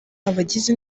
abagize